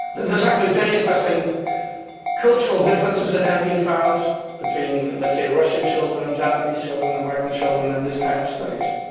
there is actually very interesting cultural differences that have been found between, let's say, russian children, japanese children, american children in these kinds of studies.